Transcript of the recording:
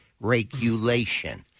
Regulation